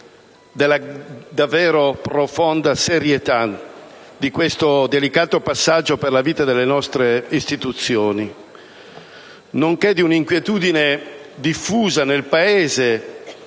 della profonda serietà di questo delicato passaggio per la vita delle nostre istituzioni, nonché di una inquietudine diffusa nel Paese